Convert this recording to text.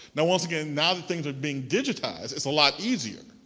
now once again, now that things are being digitized, it's a lot easier.